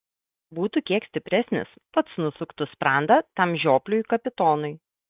būtų kiek stipresnis pats nusuktų sprandą tam žiopliui kapitonui